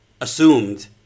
assumed